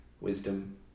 wisdom